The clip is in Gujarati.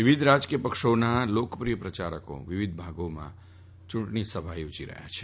વિવિધ રાજકીય પક્ષોના લોકપ્રિય પ્રચારકો દેશના વિવિધ ભાગોમાં ચુંટણી સભાઓ યોજી રહ્યાં છે